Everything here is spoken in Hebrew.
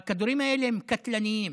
והכדורים האלה הם קטלניים.